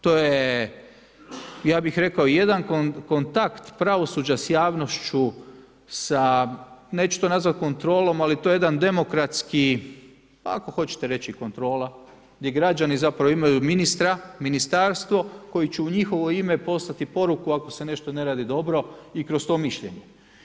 To je, ja bih rekao, jedan kontakt pravosuđa s javnošću sa, neću to nazvat kontrolom, ali to je jedan demokratski, ako hoćete reći kontrola gdje građani zapravo imaju ministra, ministarstvo koji će u njihovo ime poslati poruku ako se nešto ne radi dobro i kroz to mišljenje.